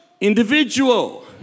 individual